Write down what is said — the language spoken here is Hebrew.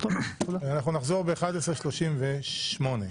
אנחנו נחזור ב-11:38.